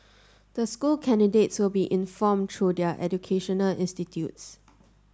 the school candidates will be informed through their educational institutes